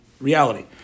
reality